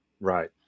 Right